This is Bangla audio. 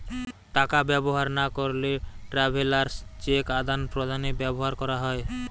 টাকা ব্যবহার না করলে ট্রাভেলার্স চেক আদান প্রদানে ব্যবহার করা হয়